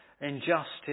injustice